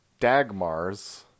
Dagmars